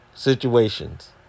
Situations